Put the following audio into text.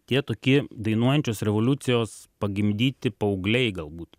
tie toki dainuojančios revoliucijos pagimdyti paaugliai galbūt